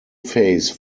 phase